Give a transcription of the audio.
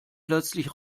plötzlich